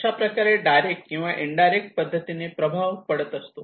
अशा प्रकारे डायरेक्ट किंवा इन डायरेक्ट पद्धतीने प्रभाव पडत असतो